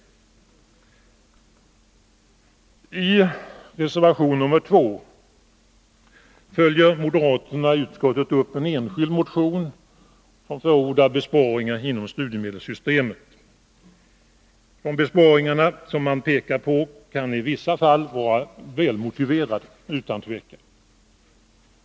Sättet att fastställa I reservation 2 följer moderaterna i utskottet upp en enskild motion som förordar besparingar inom studiemedelssystemet. De besparingar som man pekar på kan i vissa fall utan tvivel vara välmotiverade.